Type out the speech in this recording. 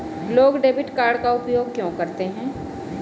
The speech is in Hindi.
लोग डेबिट कार्ड का उपयोग क्यों करते हैं?